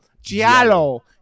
Giallo